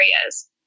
areas